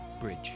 bridge